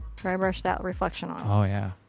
dry brush that reflection on. oh yeah.